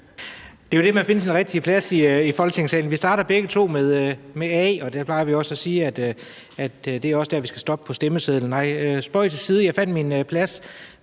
Det er jo det der med at finde sin rigtige plads i Folketingssalen. Vi starter begge to med bogstavet A, og vi plejer jo at sige, at det også er der, man skal stoppe på stemmesedlen. Nej, spøg til side; jeg fandt min plads.